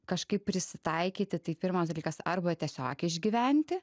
kažkaip prisitaikyti tai pirmas dalykas arba tiesiog išgyventi